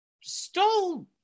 stole